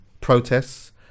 Protests